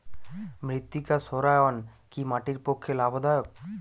মৃত্তিকা সৌরায়ন কি মাটির পক্ষে লাভদায়ক?